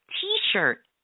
T-shirt